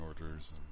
orders